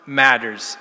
matters